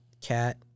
Cat